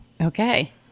Okay